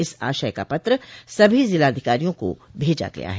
इस आशय का पत्र सभी जिलाधिकारियों को भेजा गया है